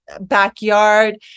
backyard